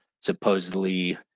supposedly